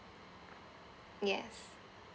yes